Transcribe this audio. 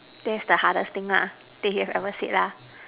that's the hardest thing lah that you've ever said lah